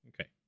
Okay